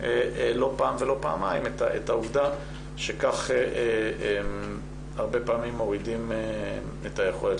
לא פעם ולא פעמיים את העובדה שכך הרבה פעמים מורידים את היכולת.